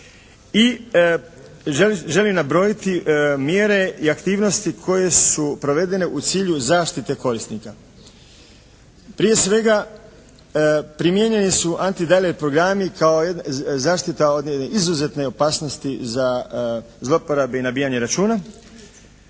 i želim nabrojiti mjere i aktivnosti koje su provedene u cilju zaštite korisnika. Prije svega primijenjeni su «anti-dailer» programi kao zaštita od izuzetne opasnosti za zloporabe i nabijanje računa.